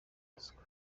ruswa